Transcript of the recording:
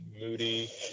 moody